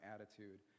attitude